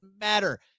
matter